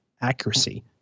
accuracy